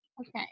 Okay